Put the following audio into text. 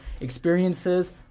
experiences